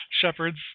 shepherds